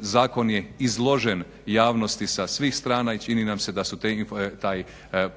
Zakon je izložen javnosti sa svih strana i čini nam se da je ta